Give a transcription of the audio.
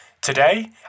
Today